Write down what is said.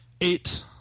eight